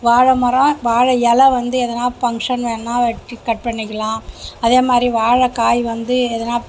வாழைமரம் வாழை இலை வந்து எதனா ஃபங்ஷன் வேணுன்னா வெட் கட் பண்ணிக்கலாம் அதேமாதிரி வாழைக்காய் வந்து எதனா